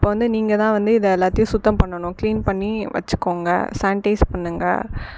அப்போ வந்து நீங்கள் தான் வந்து இதை எல்லாத்தையும் சுத்தம் பண்ணனும் க்ளீன் பண்ணி வச்சுக்கோங்க சானிடைஸ் பண்ணுங்கள்